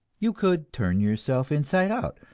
you could turn yourself inside out,